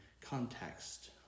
context